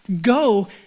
Go